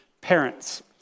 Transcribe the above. parents